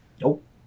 Nope